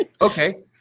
Okay